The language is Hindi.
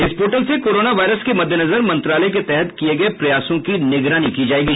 इस पोर्टल से कोरोना वायरस के मद्देनजर मंत्रालय के तहत किये गए प्रयासों की निगरानी की जाएगी